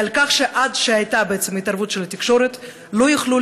ועל כך שעד שהייתה בעצם התערבות של התקשורת הם לא יכלו